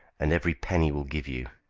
and every penny will give you.